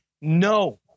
no